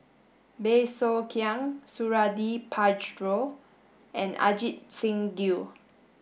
Bey Soo Khiang Suradi Parjo and Ajit Singh Gill